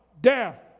Death